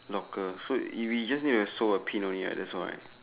locker so if we need just need to sew a pin only right that's right